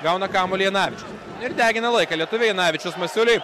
gauna kamuolį janavičius ir degina laiką lietuviai janavičius masiuliui